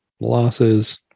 Losses